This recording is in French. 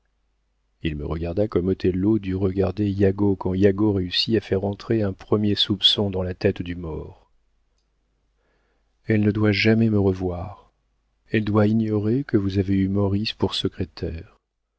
il me regarda comme othello dut regarder yago quand yago réussit à faire entrer un premier soupçon dans la tête du maure elle ne doit jamais me revoir elle doit ignorer que vous avez eu maurice pour secrétaire